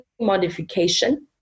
modification